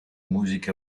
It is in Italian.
music